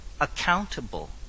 accountable